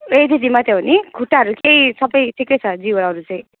ए त्यति मात्र हो नि खुट्टाहरू चाहिँ सब ठिकै छ जिउहरू चाहिँ